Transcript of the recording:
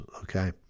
okay